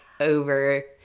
over